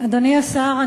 אדוני השר,